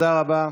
תודה רבה.